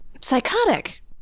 psychotic